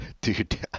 dude